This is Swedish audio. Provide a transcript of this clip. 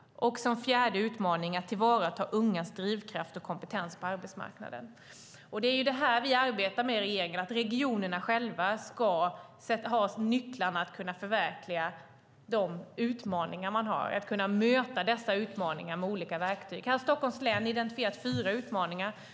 Och den fjärde utmaningen handlar om att tillvarata ungas drivkraft och kompetens på arbetsmarknaden. Det är det här vi arbetar med i regeringen, att regionerna själva ska ha nycklarna för att kunna möta de utmaningar de har. Det handlar om att kunna möta dessa utmaningar med olika verktyg. Här har Stockholms län identifierat fyra utmaningar.